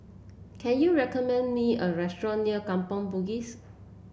can you recommend me a restaurant near Kampong Bugis